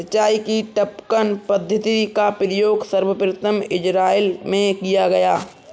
सिंचाई की टपकन पद्धति का प्रयोग सर्वप्रथम इज़राइल में किया गया